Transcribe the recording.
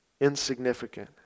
Insignificant